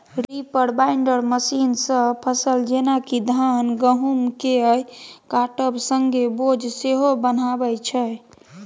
reaper binder मशीनसँ फसल जेना कि धान गहुँमकेँ काटब संगे बोझ सेहो बन्हाबै छै